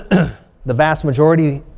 the vast majority,